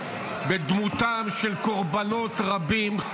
בדמותם של קורבנות רבים,